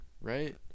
right